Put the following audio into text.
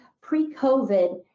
pre-COVID